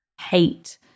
hate